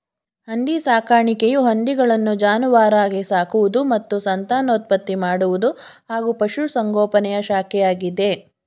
ಹಂದಿ ಸಾಕಾಣಿಕೆಯು ಹಂದಿಗಳನ್ನು ಜಾನುವಾರಾಗಿ ಸಾಕುವುದು ಮತ್ತು ಸಂತಾನೋತ್ಪತ್ತಿ ಮಾಡುವುದು ಹಾಗೂ ಪಶುಸಂಗೋಪನೆಯ ಶಾಖೆಯಾಗಿದೆ